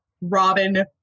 Robin